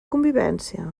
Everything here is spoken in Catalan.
convivència